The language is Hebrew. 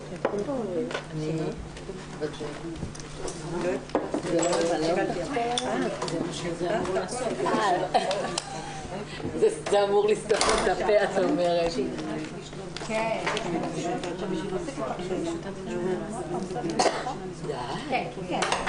בשעה 11:20.